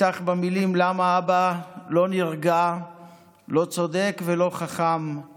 נפתח במילים: "לא צודק ולא חכם /